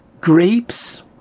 grapes